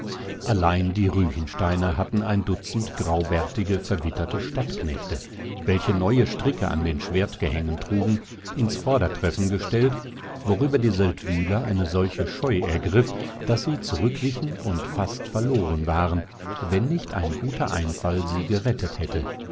allein die ruechensteiner hatten ein dutzend graubärtige verwitterte stadtknechte welche neue stricke an den schwertgehängen trugen ins vordertreffen gestellt worüber die seldwyler eine solche scheu ergriff daß sie zurückwichen und fast verloren waren wenn nicht ein guter einfall sie gerettet hätte